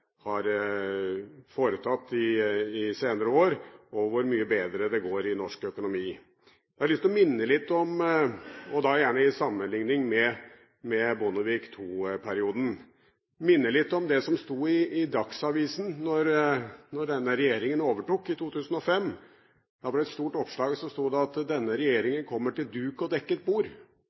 foretatt i senere år, og hvor mye bedre det går i norsk økonomi. Jeg har lyst til å minne om – gjerne i sammenligning med Bondevik II-perioden – det som sto i Dagsavisen da denne regjeringen overtok, i 2005. Da var det et stort oppslag hvor det sto at denne regjeringen «kommer til duk og dekket bord».